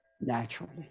naturally